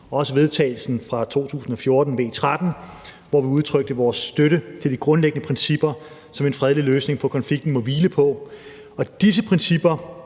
til vedtagelse fra 2014, V 13, hvor vi udtrykte vores støtte til de grundlæggende principper, som en fredelig løsning på konflikten må hvile på. Og disse principper